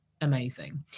amazing